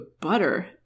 butter